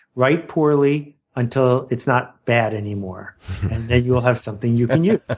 write poorly until it's not bad anymore and then you'll have something you can use. ah